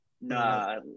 Nah